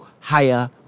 higher